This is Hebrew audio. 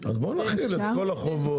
בואו נחיל את כל החובות.